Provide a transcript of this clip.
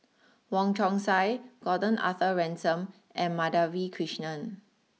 Wong Chong Sai Gordon Arthur Ransome and Madhavi Krishnan